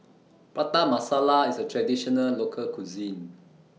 Prata Masala IS A Traditional Local Cuisine